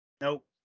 Nope